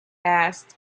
asked